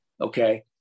okay